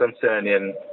concerning